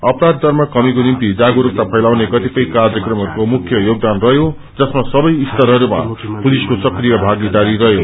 अपराध दरमा कमीको निम्पि जागरूकता फैलााउने कतिपय कार्यक्रमहरूको मुख्य योगदान रहयो जसमा सबै स्तरहरूमा पुलिसको सक्रिय भागीदारी रहयो